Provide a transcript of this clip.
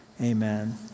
amen